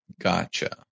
gotcha